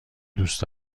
دوست